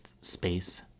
space